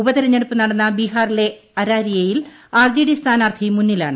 ഉപതെരഞ്ഞെടുപ്പ് നടന്ന ബീഹാറിലെ അരാരിയയിൽ ആർ ജെ ഡി സ്ഥാനാർത്ഥി മുന്നിലാണ്